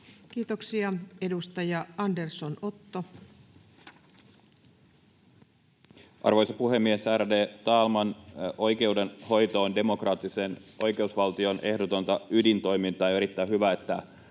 Time: 12:11 Content: Arvoisa puhemies, ärade talman! Oikeudenhoito on demokraattisen oikeusvaltion ehdotonta ydintoimintaa, ja on erittäin hyvä, että